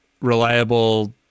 reliable